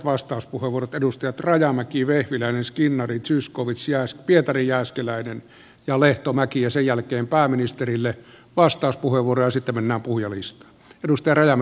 edustajat rajamäki vehviläinen skinnari zyskowicz pietari jääskeläinen ja lehtomäki ja sen jälkeen pääministerille vastauspuheenvuoro ja sitten mennään puhujalistaan